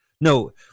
No